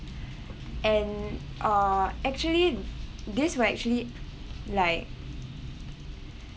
and uh actually this will actually like